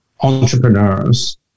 entrepreneurs